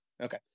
Okay